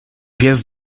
pies